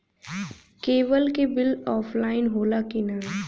Cable के bill offline होला कि ना?